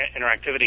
interactivity